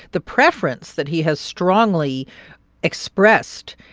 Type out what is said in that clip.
the preference that he has strongly expressed,